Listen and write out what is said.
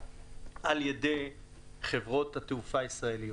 על ידי חברות התעופה הישראליות.